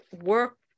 work